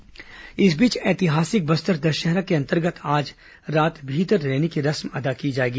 बस्तर दशहरा मावली परघाव इस बीच ऐतिहासिक बस्तर दशहरा के अंतर्गत आज रात भीतर रैनी की रस्म अदा की जाएगी